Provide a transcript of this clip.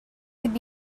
could